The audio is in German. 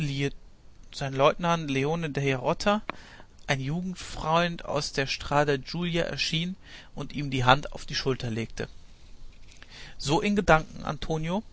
sein leutnant leone della rota ein jugendfreund aus der strada giulia erschien und ihm die hand auf die schulter legte so in gedanken antonio